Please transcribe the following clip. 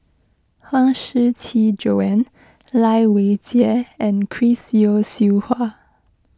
Huang Shiqi Joan Lai Weijie and Chris Yeo Siew Hua